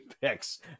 picks